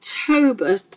October